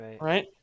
right